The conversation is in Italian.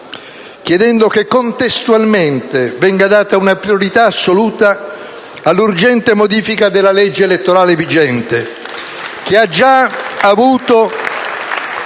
chiedendo che contestualmente venga data una priorità assoluta all'urgente modifica della legge elettorale vigente *(Applausi